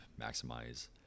maximize